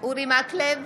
אורי מקלב,